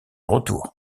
retour